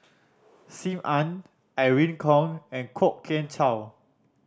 Sim Ann Irene Khong and Kwok Kian Chow